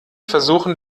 versuchen